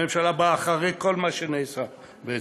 הממשלה באה אחרי כל מה שנעשה, בעצם,